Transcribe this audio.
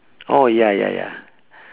oh ya ya ya